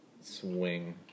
swing